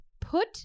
put